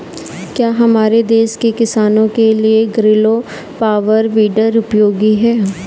क्या हमारे देश के किसानों के लिए ग्रीलो पावर वीडर उपयोगी है?